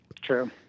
true